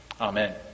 Amen